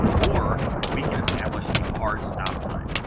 or we can establish a hard stop time.